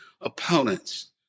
opponents